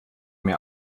mir